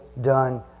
done